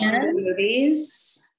movies